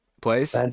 place